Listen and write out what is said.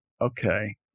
okay